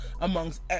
amongst